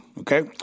Okay